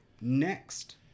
next